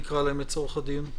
נקרא להן לצורך הדיון?